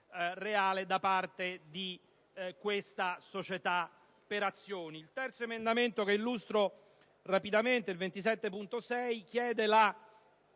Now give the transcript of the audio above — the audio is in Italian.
reale da parte di questa società per azioni. Il terzo emendamento che illustro rapidamente, il 27.6, chiede la